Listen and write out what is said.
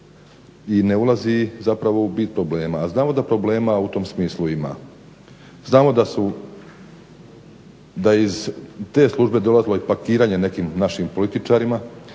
i ne ulazi zapravo u bit problema. A znamo da problema u tom smislu ima. Znamo da je iz te službe dolazilo i pakiranje nekim našim političarima,